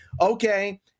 okay